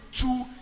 two